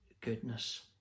goodness